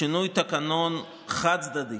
שינוי תקנון חד-צדדי